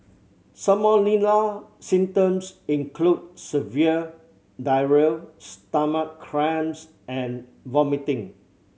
salmonella symptoms include severe diarrhea stomach cramps and vomiting